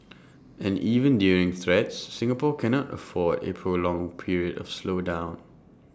and even during threats Singapore cannot afford A prolonged period of slowdown